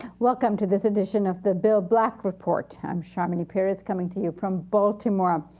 welcome to this edition of the bill black report. i'm sharmini peries coming to you from baltimore. um